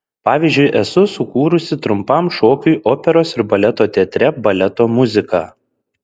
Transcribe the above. pavyzdžiui esu sukūrusi trumpam šokiui operos ir baleto teatre baleto muziką